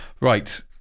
right